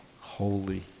holy